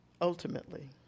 ultimately